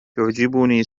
تعجبني